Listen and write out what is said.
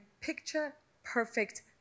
picture-perfect